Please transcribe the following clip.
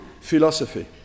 philosophy